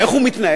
איך הוא מתנהל?